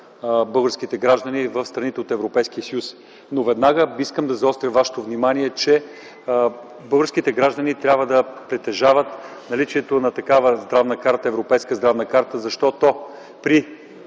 българските граждани в страните от Европейския съюз. Но веднага искам да заостря вашето внимание, че българските граждани трябва да притежават европейска здравна карта, защото при